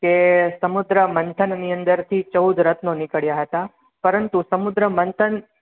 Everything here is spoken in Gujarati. કે સમુદ્ર મંથનની અંદરથી ચૌદ રત્નો નીકળ્યાં હતાં પરંતુ સમુદ્ર મંથન